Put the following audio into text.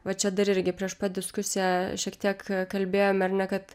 va čia dar irgi prieš pat diskusiją šiek tiek kalbėjom ar ne kad